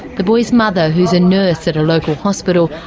the boy's mother, who is a nurse at a local hospital,